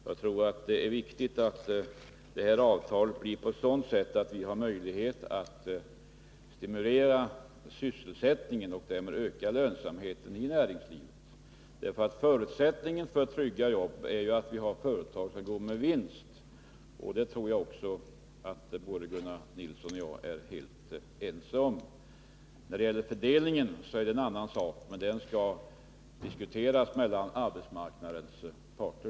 Jag tror att det är viktigt att avtalet blir sådant att sysselsättningen kan stimuleras och därmed ökas lönsamheten också inom näringslivet. Förutsättningen för trygga arbeten är ju att vi har företag som går med vinst, vilket jag tror att Gunnar Nilsson och jag är helt ense om. Fördelningen är en annan sak. Det är en fråga mellan arbetsmarknadens parter.